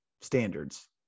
standards